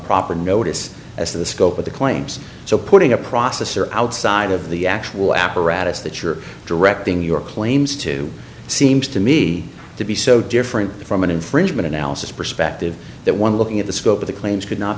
proper notice as to the scope of the claims so putting a processor outside of the actual apparatus that you're directing your claims to seems to me to be so different from an infringement analysis perspective that one looking at the scope of the claims could not